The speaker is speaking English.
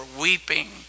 weeping